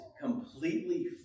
completely